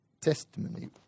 testimony